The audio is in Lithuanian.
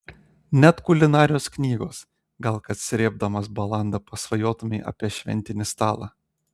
net kulinarijos knygos gal kad srėbdamas balandą pasvajotumei apie šventinį stalą